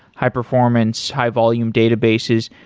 high-performance, high-volume databases,